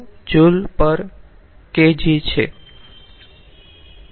8 kJkg છે